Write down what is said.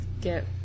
get